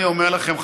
אני אומר לכם,